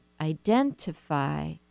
identify